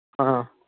ꯑꯥ